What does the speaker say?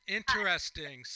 interesting